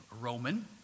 Roman